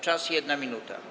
Czas - 1 minuta.